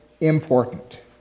important